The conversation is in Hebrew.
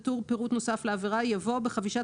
בטור "פירוט נוסף לעבירה" יבוא "בחבישת